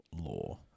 law